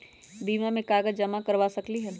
बीमा में कागज जमाकर करवा सकलीहल?